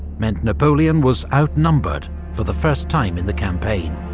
meant napoleon was outnumbered for the first time in the campaign.